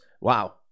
Wow